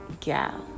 gal